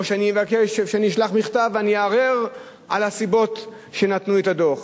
או שאני אשלח מכתב ואני אערער על הסיבות שנתנו לדוח.